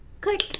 click